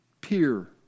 Peer